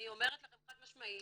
אני אומרת לכם חד משמעית,